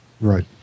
Right